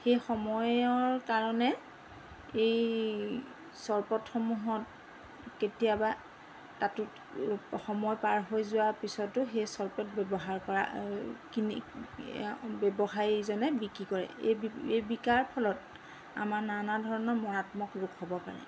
সেই সময়ৰ কাৰণে এই চৰপতসমূহত কেতিয়াবা সময় পাৰ হৈ যোৱাৰ পিছতো সেই চৰপত ব্যৱহাৰ কৰা কিনি ব্যৱসায়ীজনে বিক্ৰী কৰে এই এই বিকাৰ ফলত আমাৰ নানা ধৰণৰ মাৰাত্মমক ৰোগ হ'ব পাৰে